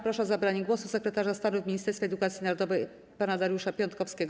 Proszę o zabranie głosu sekretarza stanu w Ministerstwie Edukacji Narodowej pana Dariusza Piontkowskiego.